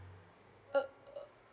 uh